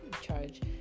charge